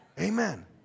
Amen